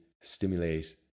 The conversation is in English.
stimulate